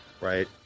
Right